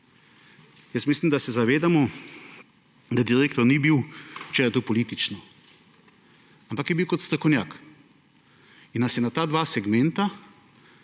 časa. Mislim, da se zavedamo, da direktor ni bil, če je to politično, ampak je bil kot strokovnjak in nas je na ta dva segmenta